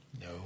No